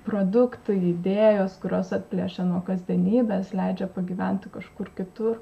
produktai idėjos kurios atplėšia nuo kasdienybės leidžia pagyventi kažkur kitur